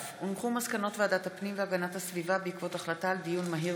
מסקנות ועדת הפנים והגנת הסביבה בעקבות דיון מהיר